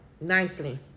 nicely